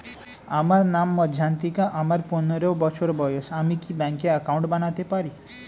আমার নাম মজ্ঝন্তিকা, আমার পনেরো বছর বয়স, আমি কি ব্যঙ্কে একাউন্ট বানাতে পারি?